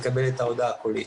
הוא יקבל את ההודעה הקולית.